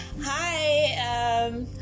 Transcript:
Hi